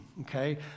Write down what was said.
okay